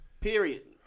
Period